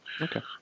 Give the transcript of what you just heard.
Okay